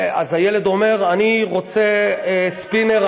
ואז הילד אומר: אני רוצה ספינר,